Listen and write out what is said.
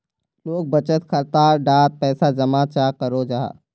लोग बचत खाता डात पैसा जमा चाँ करो जाहा?